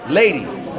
ladies